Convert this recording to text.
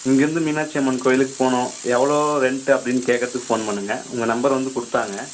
இங்கேருந்து மீனாட்சி அம்மன் கோயிலுக்கு போகணும் எவ்வளோ ரென்ட் அப்படினு கேட்கறதுக்கு ஃபோன் பண்ணிணேங்க உங்கள் நம்பர் வந்து கொடுத்தாங்க